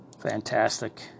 fantastic